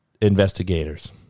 Investigators